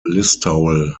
listowel